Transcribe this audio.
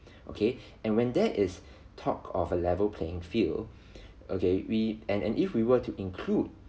okay and when there is talk of a level playing field okay we and and if we were to include